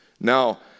Now